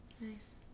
nice